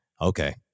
okay